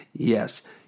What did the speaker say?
Yes